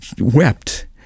wept